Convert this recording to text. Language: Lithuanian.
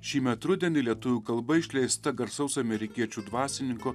šįmet rudenį lietuvių kalba išleista garsaus amerikiečių dvasininko